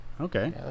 Okay